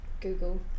Google